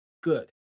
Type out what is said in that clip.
good